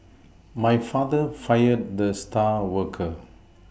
my father fired the star worker